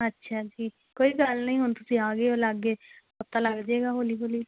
ਅੱਛਾ ਜੀ ਕੋਈ ਗੱਲ ਨਹੀਂ ਹੁਣ ਤੁਸੀਂ ਆ ਗਏ ਹੋ ਲਾਗੇ ਪਤਾ ਲੱਗ ਜਾਏਗਾ ਹੌਲੀ ਹੌਲੀ